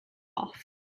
off